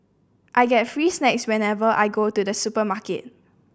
I get free snacks whenever I go to the supermarket